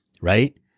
right